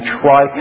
try